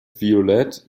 violett